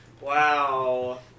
Wow